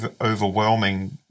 overwhelming